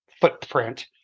footprint